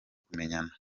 kumenyana